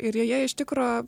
ir joje iš tikro